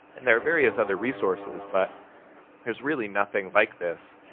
and there are various other resources but there's really nothing like this